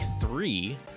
three